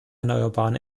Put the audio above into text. erneuerbaren